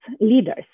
leaders